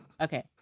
okay